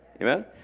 amen